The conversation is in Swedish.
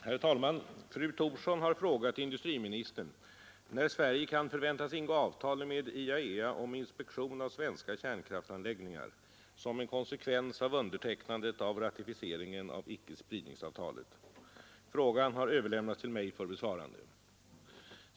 Herr talman! Fru Thorsson har frågat industriministern när Sverige kan förväntas ingå avtal med IAEA om inspektion av svenska kärnkraftsanläggningar som en konsekvens av undertecknandet och ratificeringen av icke-spridningsavtalet. Frågan har överlämnats till mig för besvarande.